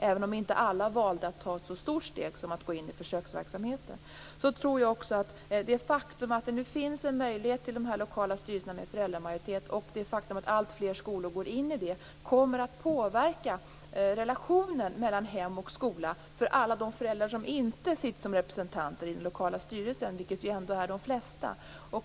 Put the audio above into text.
Även om inte alla valde att ta ett så stort steg som att gå in i försöksverksamheten, så tror jag att det faktum att det nu finns en möjlighet till dessa lokala styrelser med föräldramajoritet och det faktum att alltfler skolor går in i det kommer att påverka relationen mellan hem och skola för alla de föräldrar som inte sitter som representanter i den lokala styrelsen, vilket ju ändå är de flesta.